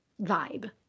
vibe